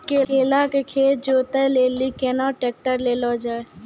केला के खेत जोत लिली केना ट्रैक्टर ले लो जा?